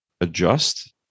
adjust